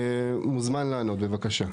מוזמן לענות, בבקשה.